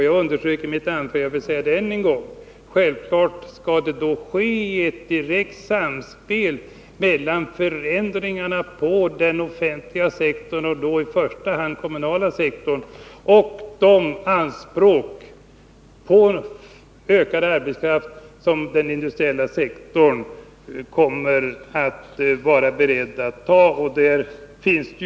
Jag underströk i mitt första anförande, och jag vill säga det än en gång, att det självfallet skall ske ett direkt samspel mellan förändringarna på den offentliga — i första hand den kommunala — sektorn och den ökning av arbetskraften som den industriella sektorn är beredd att ta på sig.